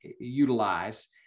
utilize